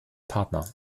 partner